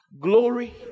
glory